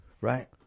right